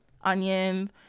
onions